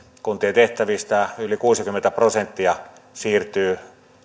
kuntien tehtävistä yli kuusikymmentä prosenttia siirtyy